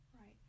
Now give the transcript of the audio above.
Right